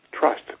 trust